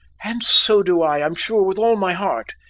and so do i, i'm sure, with all my heart,